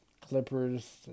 Clippers